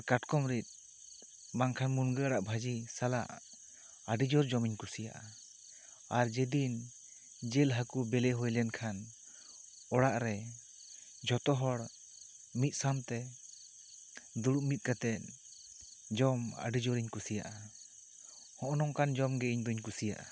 ᱟᱨ ᱠᱟᱴᱠᱚᱢ ᱨᱤᱫ ᱵᱟᱝᱠᱷᱟᱱ ᱢᱩᱱᱜᱟᱹ ᱟᱲᱟᱜ ᱵᱷᱟᱹᱡᱤ ᱥᱟᱞᱟᱜ ᱟᱹᱰᱤ ᱡᱩᱨ ᱡᱚᱢ ᱤᱧ ᱠᱩᱥᱤᱭᱟᱜᱼᱟ ᱟᱨ ᱡᱮᱫᱤᱱ ᱡᱮᱞ ᱦᱟᱹᱠᱩ ᱵᱮᱞᱮ ᱦᱩᱭ ᱞᱮᱱ ᱠᱷᱟᱱ ᱚᱲᱟᱜ ᱨᱮ ᱡᱚᱛᱚ ᱦᱚᱲ ᱢᱤᱫ ᱥᱟᱶᱛᱮ ᱫᱩᱲᱩᱵ ᱢᱤᱫ ᱠᱟᱛᱮᱜ ᱡᱚᱢ ᱟᱹᱰᱤ ᱡᱩᱨ ᱤᱧ ᱠᱩᱥᱤᱭᱟᱜᱼᱟ ᱦᱚᱜᱼᱚᱭ ᱱᱚᱝᱠᱟᱱ ᱡᱚᱢ ᱜᱮ ᱤᱧ ᱫᱩᱧ ᱠᱩᱥᱤᱭᱟᱜᱼᱟ